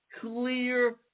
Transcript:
clear